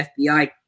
FBI